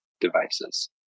devices